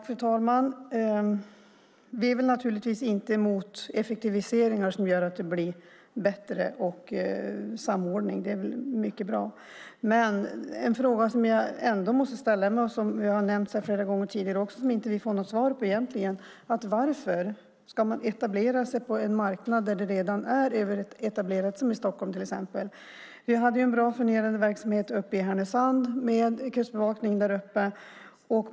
Fru talman! Vi är naturligtvis inte emot effektiviseringar som gör att det blir bättre samordning. Det är mycket bra. Det finns en fråga som jag ändå måste ställa, och den har nämnts här flera gånger tidigare, som vi egentligen inte får något svar på. Varför ska man etablera sig på en marknad som redan är överetablerad, till exempel i Stockholm? Vi hade en bra fungerande kustbevakningsverksamhet i Härnösand.